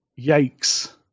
Yikes